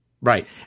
Right